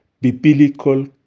biblical